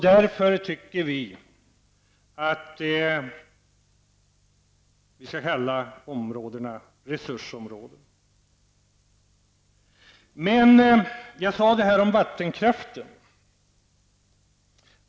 Därför tycker vi att man skall kalla områdena resursområden. Jag tog upp den här frågan om vattenkraften.